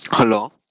Hello